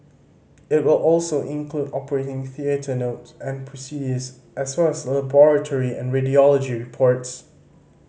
it will also include operating theatre note and procedures as well as laboratory and radiology reports